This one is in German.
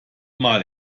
mal